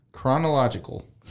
Chronological